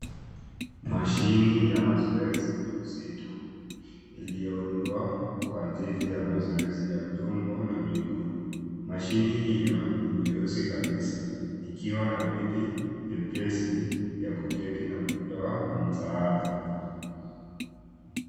Mashine ya mazoezi ya uzito iliyoundwa kwa ajili ya mazoezi ya tumbo na miguu. Mashine hiyo ni nyeusi kabisa ikiwa na viti vyepesi vya kuketi na kutoa msaada.